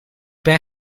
ben